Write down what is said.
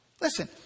Listen